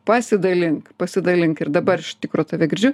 pasidalink pasidalink ir dabar iš tikro tave girdžiu